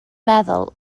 meddwl